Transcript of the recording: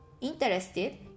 interested